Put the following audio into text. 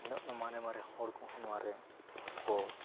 ᱤᱱᱟᱹᱜ ᱢᱟᱨᱮ ᱢᱟᱨᱮ ᱦᱚᱲ ᱠᱚᱦᱚᱸ ᱱᱚᱣᱟ ᱨᱮ ᱠᱚ